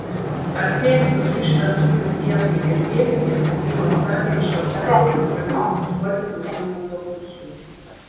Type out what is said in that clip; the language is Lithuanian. artėjant visų šventųjų dienai ir vėlinėms į uostamiesčio kapines pradėjo kursuoti daugiau autobusų